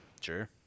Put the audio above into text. Sure